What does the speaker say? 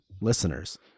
listeners